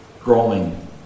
growing